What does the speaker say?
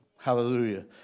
hallelujah